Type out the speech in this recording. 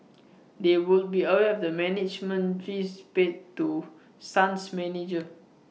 they would be aware of the management fees paid to sun's manager